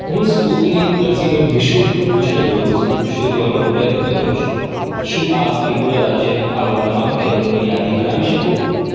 હું સ્પુતનિક રસીનો નિઃશુલ્ક બુસ્ટર ડોઝ શોધવાનો પ્રયત્ન કરું છું શું આપ ત્રિપુરા રાજ્યનાં આવાં તમામ કેન્દ્રોની યાદી બનાવી શકો